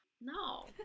No